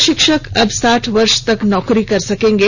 पारा शिक्षक अब साठ वर्ष तक नौकरी कर सकेंगे